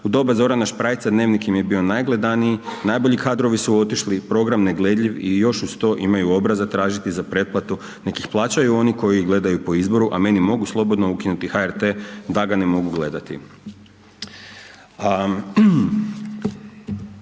u doba Zorana Šprajca dnevnik im je bio najgledaniji, najbolji kadrovi su otišli, program ne gledljiv i još uz to imaju obraza tražiti za preplatu nek ih plaćaju oni koji ih gledaju po izboru, a meni mogu slobodno ukinuti HRT da ga ne mogu gledati.